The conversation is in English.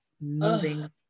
moving